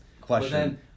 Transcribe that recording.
question